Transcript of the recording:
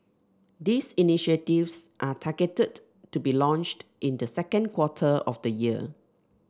these initiatives are targeted to be launched in the second quarter of the year